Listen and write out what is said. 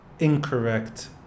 incorrect